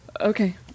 Okay